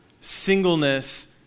singleness